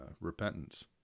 repentance